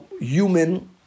human